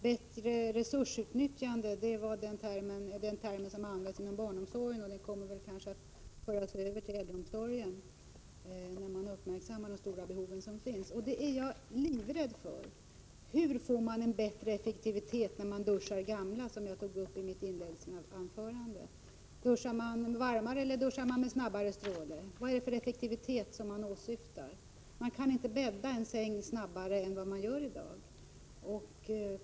Bättre resursutnyttjande är den term som används inom barnomsorgen, och den kommer kanske att föras över till äldreomsorgen när man uppmärksammar de stora behov som finns. Jag är livrädd för detta. Hur kan man få bättre effektivitet när man duschar gamla? Detta tog jag upp i mitt inledningsanförande. Duschar man varmare eller duschar man med snabbare stråle? Vad är det för slags effektivitet man åsyftar? Man kan inte bädda en säng fortare än man gör i dag.